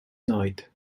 knight